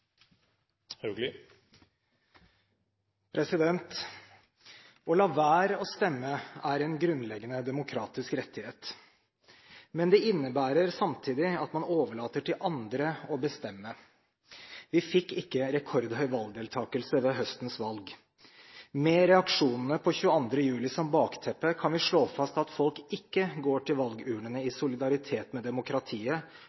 en grunnleggende demokratisk rettighet. Men det innebærer samtidig at man overlater til andre å bestemme. Vi fikk ikke rekordhøy valgdeltakelse ved høstens valg. Med reaksjonene etter 22. juli som bakteppe kan vi slå fast at folk ikke går til valgurnene